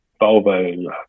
volvo